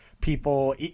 people